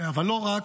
אבל לא רק,